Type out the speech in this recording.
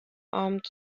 armed